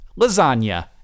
lasagna